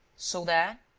so that?